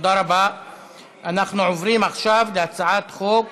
את הצעת חוק